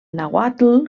nàhuatl